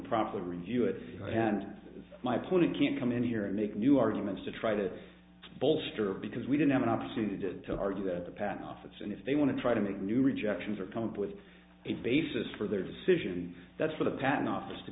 probably review it and my opponent can come in here and make new arguments to try to bolster because we don't have an opportunity to argue that the patent office and if they want to try to make new rejections or come up with a basis for their decision that's for the patent